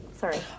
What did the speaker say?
sorry